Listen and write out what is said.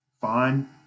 fine